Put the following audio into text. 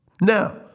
Now